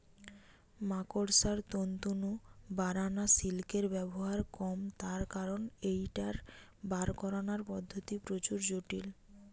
মাকড়সার তন্তু নু বারানা সিল্কের ব্যবহার কম তার কারণ ঐটার বার করানার পদ্ধতি প্রচুর জটিল